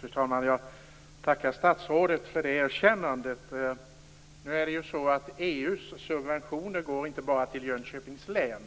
Fru talman! Jag tackar statsrådet för det erkännandet. Nu går ju EU:s subventioner inte bara till Jönköpings län.